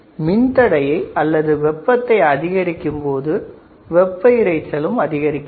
மின் தடையை அல்லது வெப்பத்தை அதிகரிக்கும் பொழுது வெப்ப இரைச்சலும் அதிகரிக்கிறது